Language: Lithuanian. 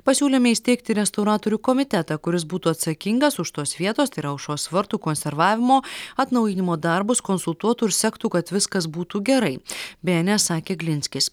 pasiūlėme įsteigti restauratorių komitetą kuris būtų atsakingas už tos vietos tai yra aušros vartų konservavimo atnaujinimo darbus konsultuotų ir sektų kad viskas būtų gerai bns sakė glinskis